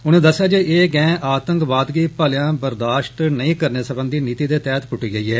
उनें दस्सेआ जे एह् गैंह् आतंकवाद गी प्लेआं बर्दाष्त नेई करने सरबंधी नीति दे तैह्त पुट्टी गेई ऐ